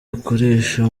bukoresha